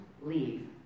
leave